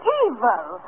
evil